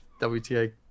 WTA